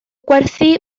gwerthu